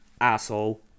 asshole